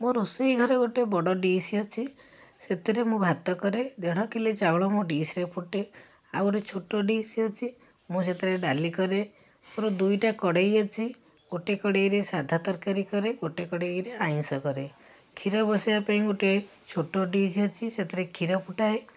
ମୋ ରୋଷେଇ ଘରେ ଗୋଟେ ବଡ଼ ଡିସ୍ ଅଛି ସେଥିରେ ମୁଁ ଭାତ କରେ ଦେଢ଼ କିଲେ ଚାଉଳ ମୋ ଡିସ୍ରେ ଫୁଟେ ଆଉ ଗୋଟେ ଛୋଟ ଡିସ୍ ଅଛି ମୁଁ ସେଥିରେ ଡାଲି କରେ ମୋର ଦୁଇଟା କଡ଼େଇ ଅଛି ଗୋଟେ କଡ଼େଇରେ ସାଧା ତରକାରୀ କରେ ଗୋଟେ କଡ଼େଇରେ ଆଇଁଷ କରେ କ୍ଷୀର ବସେଇବା ପାଇଁ ଗୋଟେ ଛୋଟ ଡିସ୍ ଅଛି ସେଥିରେ କ୍ଷୀର ଫୁଟାଏ